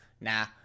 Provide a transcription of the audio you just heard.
nah